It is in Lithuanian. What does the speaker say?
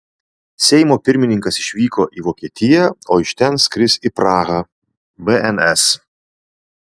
seimo pirmininkas išvyko į vokietiją o iš ten skris į prahą bns